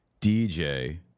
DJ